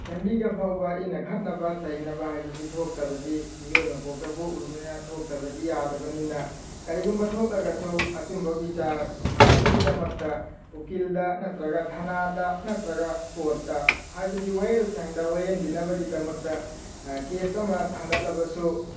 ꯐꯦꯃꯤꯂꯤꯒ ꯐꯥꯎꯕ ꯏꯟꯅ ꯈꯠꯅꯕ ꯆꯩꯅꯕ ꯍꯥꯏꯕꯁꯤ ꯊꯣꯛꯇꯕꯗꯤ ꯃꯤꯑꯣꯏ ꯃꯄꯣꯛꯇ ꯄꯣꯛꯂꯨꯕꯅꯤꯅ ꯊꯣꯛꯇꯕꯗꯤ ꯌꯥꯗꯕꯅꯤꯅ ꯀꯔꯤꯒꯨꯝꯕ ꯊꯣꯛꯂꯒꯁꯨ ꯑꯆꯨꯝꯕ ꯕꯤꯆꯥꯔ ꯐꯪꯅꯕꯒꯤꯗꯃꯛꯇ ꯎꯀꯤꯜꯗ ꯅꯠꯇ꯭ꯔꯒ ꯊꯅꯥꯗ ꯅꯠꯇ꯭ꯔꯒ ꯀꯣꯔꯠꯇ ꯍꯥꯏꯕꯗꯤ ꯋꯥꯌꯦꯜ ꯁꯪꯗ ꯋꯥꯌꯦꯜꯕꯤꯅꯕꯒꯤꯗꯃꯛꯇ ꯀꯦꯁ ꯑꯃ ꯊꯥꯡꯒꯠꯂꯕꯁꯨ